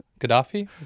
Gaddafi